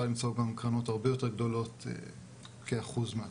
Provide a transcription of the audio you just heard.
למצוא גם קרנות הרבה יותר גדולות כאחוז מהתוצר.